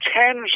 tens